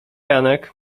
janek